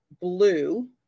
blue